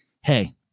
Hey